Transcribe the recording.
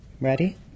Ready